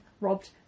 Robbed